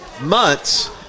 months